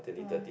!wah!